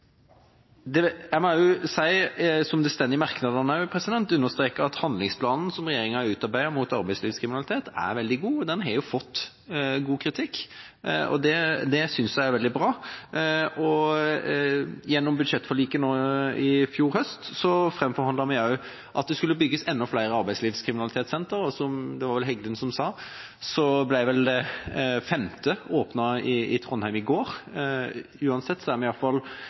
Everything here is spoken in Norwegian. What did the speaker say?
det står også i merknadene – at handlingsplanen som regjeringa har utarbeidet mot arbeidslivskriminalitet, er veldig god. Den har fått god kritikk, og det synes jeg er veldig bra. Gjennom budsjettforliket i fjor høst framforhandlet vi at det skulle bygges enda flere arbeidslivskriminalitetssenter, og i går – dette var det vel Heggelund som sa – ble det femte åpnet i Trondheim. Uansett har vi sett god effekt av de sentrene og at det sannsynligvis er